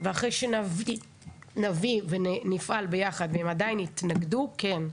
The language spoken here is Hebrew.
ואחרי שנביא ונפעל ביחד הם עדיין יתנגדו כן.